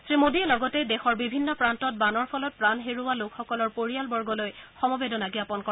শ্ৰীমোডীয়ে লগতে দেশৰ বিভিন্ন প্ৰান্তত বানৰ ফলত প্ৰাণ হেৰুওৱা লোকসকলৰ পৰিয়ালবৰ্গলৈ সমবেদনা জ্ঞাপন কৰে